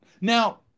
Now